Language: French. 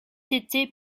été